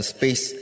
Space